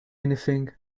anything